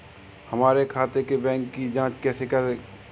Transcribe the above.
हमारे खाते के बैंक की जाँच कैसे करें?